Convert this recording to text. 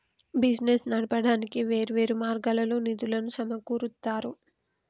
business నడపడానికి వేర్వేరు మార్గాల్లో నిధులను సమకూరుత్తారు